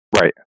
Right